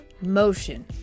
motion